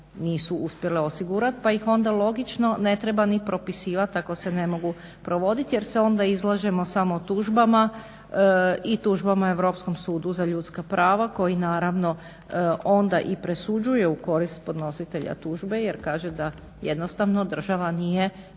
nisu uspjele osigurat. Pa ih onda logično ne treba ni propisivat, ako se ne mogu provodit. Jer se onda izlažemo samo tužbama i tužbama Europskom sudu za ljudska prava, koji naravno onda i presuđuju u korist podnositelja službe, jer kaže da jednostavno, država nije